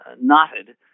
knotted